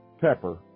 pepper